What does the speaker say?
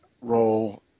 role